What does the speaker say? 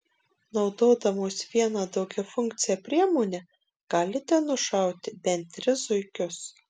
naudodamos vieną daugiafunkcę priemonę galite nušauti bent tris zuikius